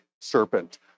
serpent